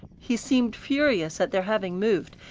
he seemed furious at their having moved,